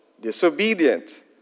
disobedient